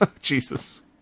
Jesus